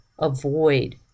avoid